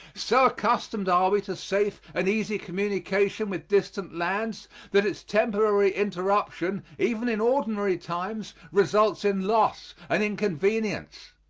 so accustomed are we to safe and easy communication with distant lands that its temporary interruption, even in ordinary times, results in loss and inconvenience.